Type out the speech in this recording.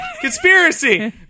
Conspiracy